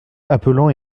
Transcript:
appelant